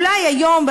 אולי היום,